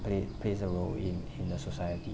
play plays a role in in the society